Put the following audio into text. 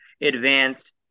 advanced